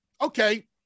Okay